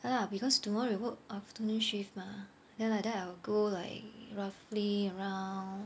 ya lah because tomorrow you work afternoon shift mah then like that I will go like roughly around